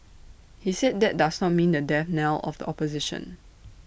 he said that does not mean the death knell of the opposition